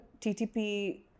TTP